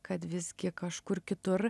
kad visgi kažkur kitur